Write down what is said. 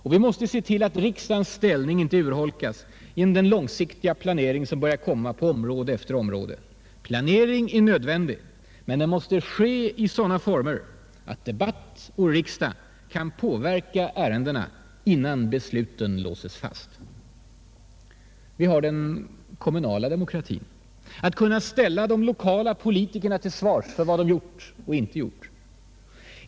Och vi måste se till att riksdagens ställning inte urholkas genom den långsiktiga planering som börjar komma på många andra områden. Planering är nödvändig, men den måste ske i former, så att debatt och riksdag kan påverka ärendena innan besluten låses fast. Vi har den kommunala demokratin, att kunna ställa de lokala politikerna till svars för vad de gjort och inte gjort.